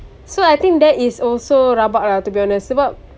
so I think that is also rabak lah to be honest